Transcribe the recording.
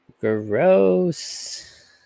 Gross